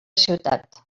ciutat